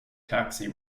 taxi